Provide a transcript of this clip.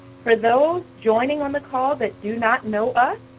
for those joining on the call that do not know us,